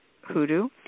hoodoo